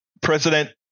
president